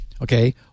Okay